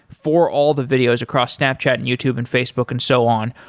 for all the videos across snapchat and youtube and facebook and so on.